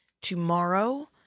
tomorrow